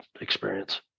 experience